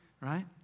Right